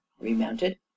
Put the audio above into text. remounted